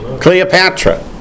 Cleopatra